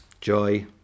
joy